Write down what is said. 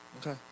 Okay